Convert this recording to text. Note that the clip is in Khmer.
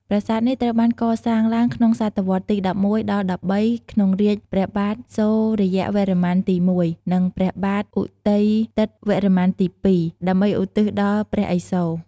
ប្រាសាទនេះត្រូវបានកសាងឡើងក្នុងសតវត្សទី ១១ ដល់ ១៣ ក្នុងរាជ្យព្រះបាទសូរ្យវរ្ម័នទី១ និងព្រះបាទឧទ័យទិត្យវរ្ម័នទី២ ដើម្បីឧទ្ទិសដល់ព្រះឥសូរ។